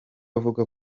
avuga